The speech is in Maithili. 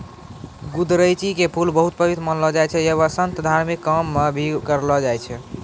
गुदरैंची के फूल बहुत पवित्र मानलो जाय छै यै वास्तं धार्मिक काम मॅ भी करलो जाय छै